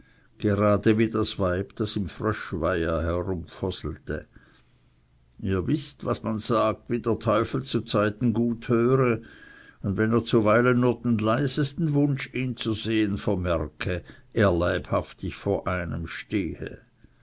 gerade wie das weib das im fröschenweiher herumpfoselte ihr wißt was man sagt wie der teufel zu zeiten gut höre und wenn er zuweilen nur den leisesten wunsch ihn zu sehen vermerke er leibhaftig vor einem stehe